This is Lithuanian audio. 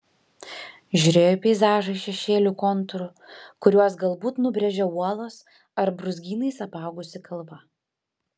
žiūrėjo į peizažą iš šešėlių kontūrų kuriuos galbūt nubrėžė uolos ar brūzgynais apaugusi kalva